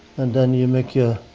and then you make your,